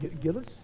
Gillis